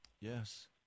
Yes